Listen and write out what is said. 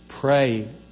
pray